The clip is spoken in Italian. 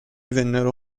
vennero